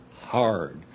hard